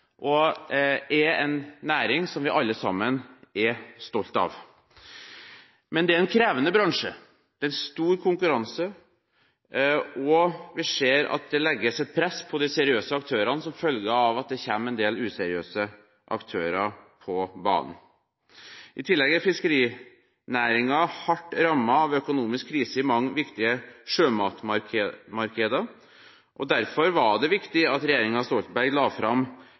og er en næring som vi alle sammen er stolt av. Men det er en krevende bransje. Det er stor konkurranse, og vi ser at det legges et press på de seriøse aktørene som følge av at det kommer en del useriøse aktører på banen. I tillegg er fiskerinæringen hardt rammet av økonomisk krise i mange viktige sjømatmarkeder. Derfor var det viktig at regjeringen Stoltenberg la fram